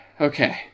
okay